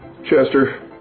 Chester